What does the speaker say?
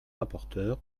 rapporteur